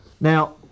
Now